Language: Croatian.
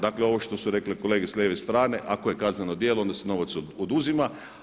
Dakle, ovo što su rekle kolege s lijeve strane, ako je kazneno djelo onda se novac oduzima.